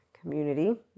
community